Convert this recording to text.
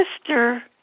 sister